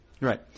Right